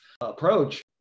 approach